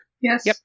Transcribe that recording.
Yes